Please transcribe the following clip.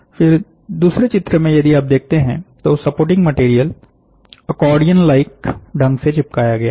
फिर दूसरे चित्र में यदि आप देखते हैंतो सपोर्टिंग मटेरियल अकॉर्डियन लाइक ढंग से चिपकाया गया है